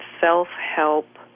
self-help